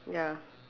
ya